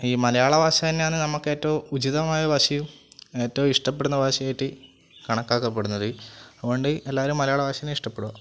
ഈ മലയാള ഭാഷ തന്നെയാന്ന് നമുക്ക് ഏറ്റവും ഉചിതമായ ഭാഷയും ഏറ്റവും ഇഷ്ടപ്പെടുന്ന ഭാഷയായിട്ട് കണക്കാക്കപ്പെടുന്നത് അതുകൊണ്ട് എല്ലാവരും മലയാള ഭാഷയെ ഇഷ്ടപ്പെടുക